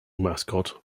mascot